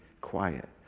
quiet